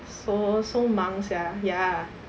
so so 忙 sia ya